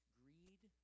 greed